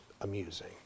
amusing